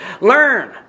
Learn